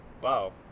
wow